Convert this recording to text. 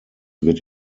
wird